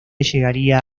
llegaría